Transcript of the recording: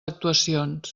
actuacions